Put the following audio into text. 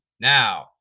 Now